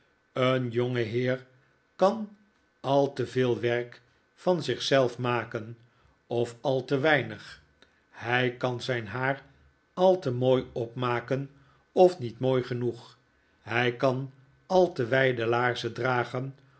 een jonge heer kan al te veel werk van zich zelf maken of al te weinig hij kan zijn haar al te mooi opmaken of niet mooi genoeg hij kan al te wijde laarzen dragen